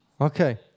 Okay